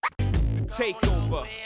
takeover